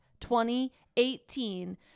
2018